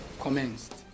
commenced